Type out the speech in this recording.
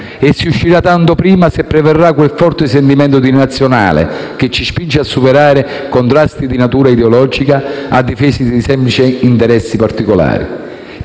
se ne uscirà prima se prevarrà quel forte sentimento nazionale che ci spinge a superare contrasti di natura ideologica a difesa di semplici interessi particolari.